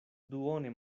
duone